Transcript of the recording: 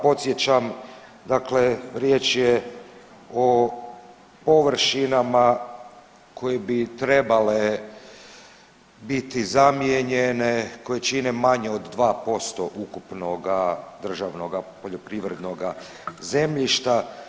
Podsjećam dakle riječ je o površinama koje bi trebale biti zamijenjene koje čine manje od 2% ukupnoga državnoga poljoprivrednoga zemljišta.